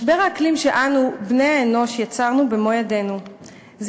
משבר האקלים שאנו בני-האנוש יצרנו במו-ידינו הוא